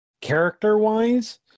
character-wise